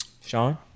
Sean